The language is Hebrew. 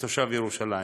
כתושב ירושלים.